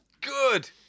good